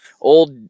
old